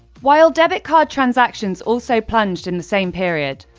while debit card transactions also plunged in the same period,